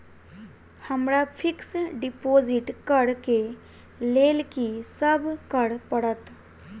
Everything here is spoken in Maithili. हमरा फिक्स डिपोजिट करऽ केँ लेल की सब करऽ पड़त?